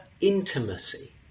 intimacy